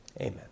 Amen